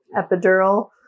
epidural